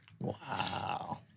Wow